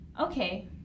okay